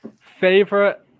Favorite